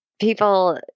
people